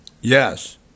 Yes